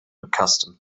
accustomed